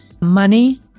money